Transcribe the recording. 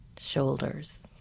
shoulders